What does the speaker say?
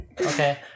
Okay